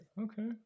okay